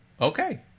Okay